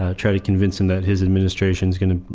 ah trying to convince them that his administration is going to,